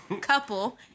couple